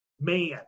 man